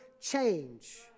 change